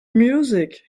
music